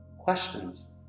questions